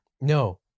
No